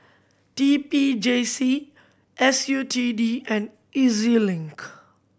T P J C S U T D and E Z Link